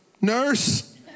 nurse